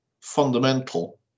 fundamental